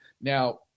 Now